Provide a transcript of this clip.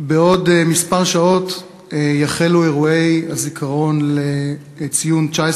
בעוד כמה שעות יחלו אירועי הזיכרון לציון 19